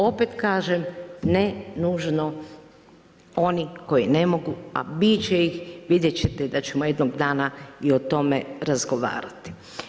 Opet kažem, ne nužno oni koji ne mogu, a biti će ih, vidjeti ćete da ćemo jednog dana i o tome razgovarati.